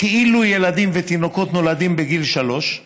כאילו ילדים ותינוקות נולדים בגיל שלוש,